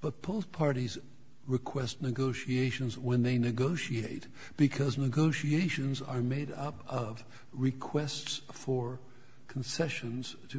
but both parties request negotiations when they negotiate because negotiations are made up of requests for concessions to